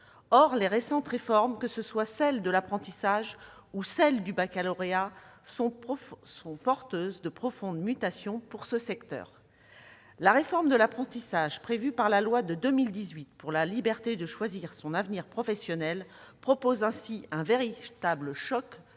Or les récentes réformes de l'apprentissage et du baccalauréat sont porteuses de profondes mutations pour ce secteur. La réforme de l'apprentissage, visée par la loi de 2018 pour la liberté de choisir son avenir professionnel, prévoit ainsi un véritable choc